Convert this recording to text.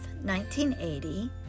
1980